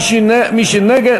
ומי שנגד,